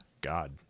God